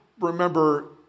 remember